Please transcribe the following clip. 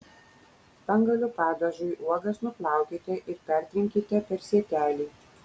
spanguolių padažui uogas nuplaukite ir pertrinkite per sietelį